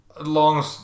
Long